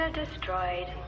destroyed